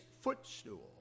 footstool